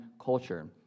Culture